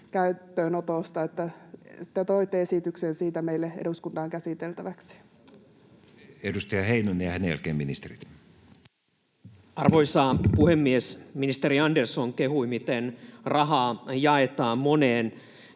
käyttöönotosta, siitä, että toitte esityksen siitä meille eduskuntaan käsiteltäväksi. Edustaja Heinonen, ja hänen jälkeensä ministerit. Arvoisa puhemies! Ministeri Andersson kehui, miten rahaa jaetaan moneen,